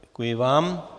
Děkuji vám.